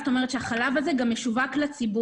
זאת אומרת, החלב הזה גם משווק לציבור.